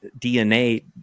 DNA